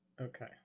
Okay